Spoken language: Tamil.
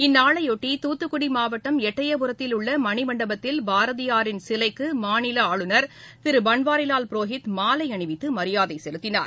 இந்நாளையொட்டி துத்துக்குடி மாவட்டம் எட்டயபுரத்தில் உள்ள மணிமண்டபத்தில் பாரதியாரின் சிலைக்கு மாநில ஆளுநர் திரு பன்வாரிலால் புரோஹித் மாலை அணிவித்து மரியாதை செலுத்தினார்